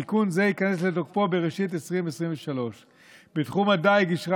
תיקון זה ייכנס לתוקפו בראשית 2023. בתחום הדיג אישרה